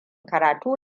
karatu